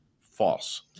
false